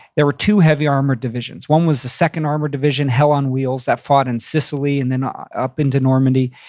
there were two heavy armored divisions. one was the second armored division, hell on wheels, that fought in sicily and then ah up into normandy.